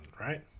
right